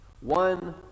one